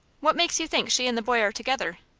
what makes you think she and the boy are together?